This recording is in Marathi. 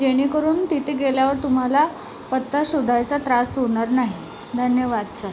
जेणेकरून तिथे गेल्यावर तुम्हाला पत्ता शोधायचा त्रास होणार नाही धन्यवाद सर